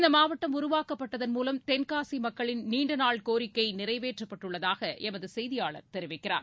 இந்த மாவட்டம் உருவாக்கப்பட்டதன்மூலம் தென்காசி மக்களின் நீண்ட நாள் கோரிக்கை நிறைவேற்றப்பட்டுள்ளதாக எமது செய்தியாளர் தெரிவிக்கிறார்